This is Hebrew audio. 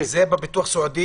זה בביטוח סיעודי,